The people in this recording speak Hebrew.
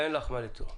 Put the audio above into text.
אין לך מה לתרום.